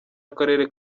akarere